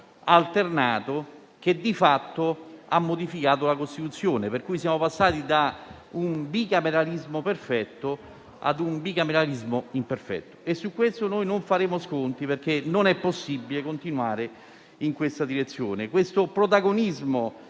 alternato che di fatto ha modificato la Costituzione, per cui siamo passati da un bicameralismo perfetto ad un bicameralismo imperfetto. Su questo non faremo sconti, perché non è possibile continuare in questa direzione, con questo protagonismo